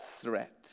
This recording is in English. threat